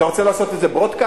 אתה רוצה לעשות את זה broadcast,